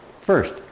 First